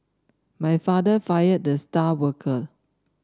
my father fired the star worker